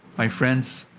my friends,